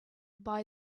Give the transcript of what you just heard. buy